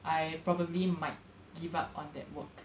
I probably might give up on that work